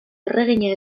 erregina